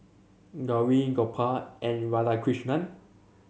Gauri Gopal and Radhakrishnan